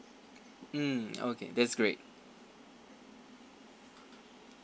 mm okay that's great